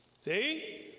See